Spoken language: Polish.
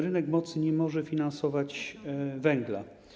Rynek mocy nie może finansować węgla.